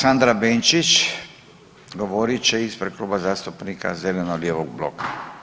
Gđa. Sandra Benčić govorit će ispred Kluba zastupnika zeleno-lijevog bloka.